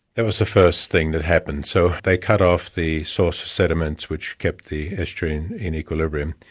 that was the first thing that happened. so they cut off the source of sediment which kept the estuary in equilibrium.